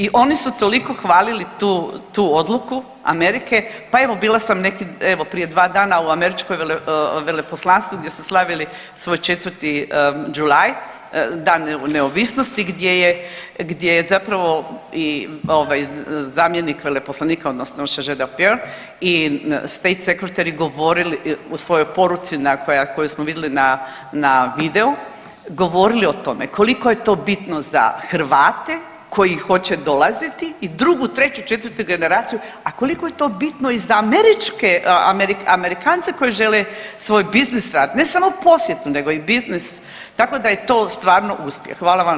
I oni su toliko hvalili tu, tu odluku Amerike, pa evo bila neki evo prije dva dana u američkom veleposlanstvu gdje su slavili svoj 4. July Dan neovisnosti gdje je, gdje zapravo i ovaj zamjenik veleposlanika odnosno … [[Govornica se ne razumije.]] i state secretary govorili u svojoj poruci na, koju smo vidjeli na video, govorili o tome koliko je to bitno za Hrvate koji hoće dolaziti i drugu, treću, četvrtu generaciju, a koliko je to bitno za američke, Amerikance koji žele svoj biznis rad, ne sam o u posjetu, nego i biznis tako da je to stvarno uspjeh, hvala vam na tome.